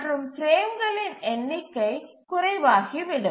மற்றும் பிரேம்களின் எண்ணிக்கை குறைவாகிவிடும்